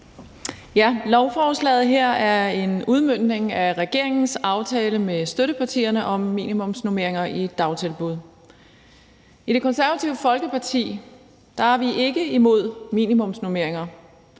tak. Lovforslaget her er en udmøntning af regeringens aftale med støttepartierne om minimumsnormeringer i dagtilbud. I Det Konservative Folkeparti er vi ikke imod minimumsnormeringer